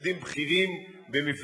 לתפקידים בכירים במפלגתכם,